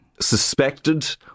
suspected